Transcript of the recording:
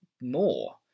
more